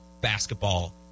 basketball